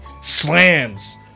slams